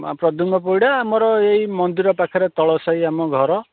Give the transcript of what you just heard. ହଁ ପ୍ରଦ୍ୟୁମ୍ନ ପରିଡ଼ା ଆମର ଏଇ ମନ୍ଦିର ପାଖରେ ତଳ ସାହି ଆମ ଘର